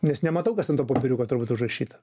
nes nematau kas ten ant to popieriuko turbūt užrašyta